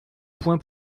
points